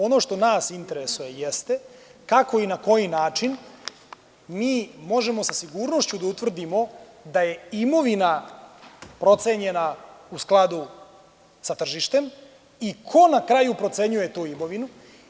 Ono što nas interesuje, jeste kako i na koji način mi možemo sa sigurnošću da utvrdimo da je imovina procenjena u skladu sa tržištem i ko na kraju procenjuje tu imovinu?